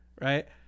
Right